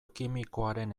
kimikoaren